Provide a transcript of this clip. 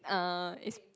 uh it's